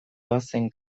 doazen